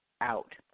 out